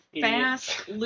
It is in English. fast